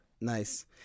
Nice